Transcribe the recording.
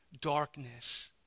darkness